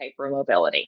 hypermobility